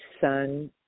son